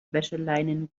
wäscheleinen